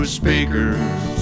speakers